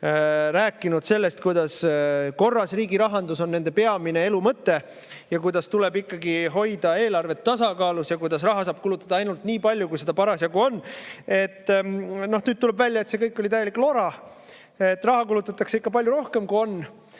rääkinud, et korras riigirahandus on nende peamine elu mõte ja et tuleb ikkagi hoida eelarvet tasakaalus ja et raha saab kulutada ainult nii palju, kui seda parasjagu on. Nüüd tuleb välja, et see kõik oli täielik lora. Raha kulutatakse ikka palju rohkem, kui on.